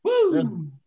Woo